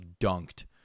dunked